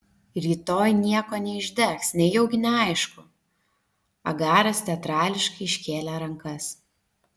rytoj nieko neišdegs nejaugi neaišku agaras teatrališkai iškėlė rankas